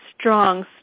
strong